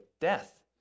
death